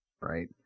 Right